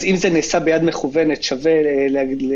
אז אם זה נעשה ביד מכוונת שווה לקבוע